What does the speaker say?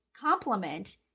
complement